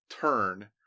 turn